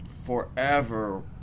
forever